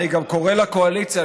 אני גם קורא לקואליציה,